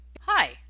Hi